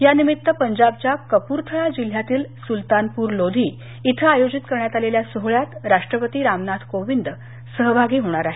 यानिमित्त पंजाबच्या कपूरथळा जिल्ह्यातील सुलतानपूर लोधी इथं आयोजित करण्यात आलेल्या सोहळ्यात राष्ट्रपती रामनाथ कोविंद सहभागी होणार आहेत